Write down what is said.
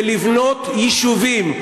ולבנות יישובים,